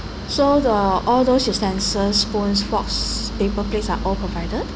so the all those utensils spoons forks paper plates are all provided